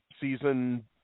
season